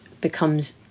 becomes